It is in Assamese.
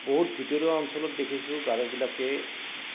বহুত ভিতৰুৱা অঞ্চলত দেখিছোঁ গাৰোবিলাকে